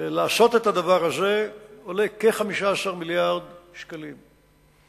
ולעשות את הדבר הזה עולה כ-15 מיליארד דולר.